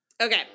Okay